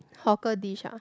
hawker dish ah